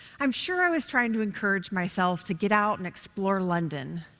i'm sure i was trying to encourage myself to get out and explore london,